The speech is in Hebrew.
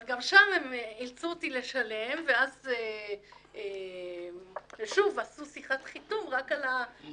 אבל גם שם הם אילצו אותי לשלם ושוב עשו שיחת חיתום רק על הסוף,